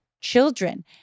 children